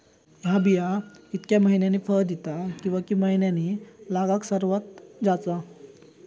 हया बिया कितक्या मैन्यानी फळ दिता कीवा की मैन्यानी लागाक सर्वात जाता?